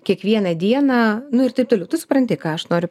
kiekvieną dieną nu ir taip toliau tu supranti ką aš noriu